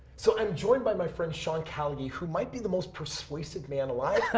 so, i'm joined by my friend sean callagy, who might be the most persuasive man alive.